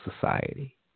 society